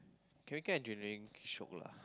chemical engineering shiok lah